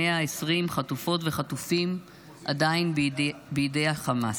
120 חטופות וחטופים עדיין בידי החמאס.